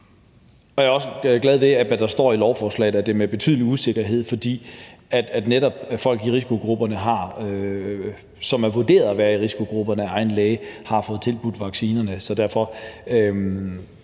Jeg er også glad ved, hvad der står i lovforslaget, nemlig at det er med betydelig usikkerhed, netop fordi folk, som er vurderet til at være i risikogrupperne af egen læge, har fået tilbudt vaccinerne.